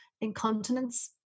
incontinence